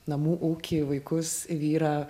namų ūkį vaikus vyrą